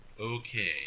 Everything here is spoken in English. Okay